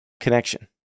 connection